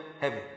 heaven